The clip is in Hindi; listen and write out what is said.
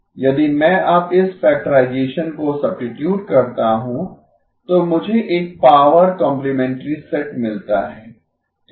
यदि मैं अब इस फैक्टराइजेसन को सब्सिटयूट करता हूं तो मुझे एक पॉवर कॉम्प्लिमेंटरी सेट मिलता है ठीक है